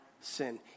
sin